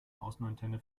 außenantenne